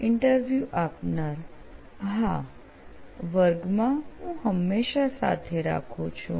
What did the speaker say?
interview આપનાર હાવર્ગમાં હું હંમેશા સાથે રાખું છું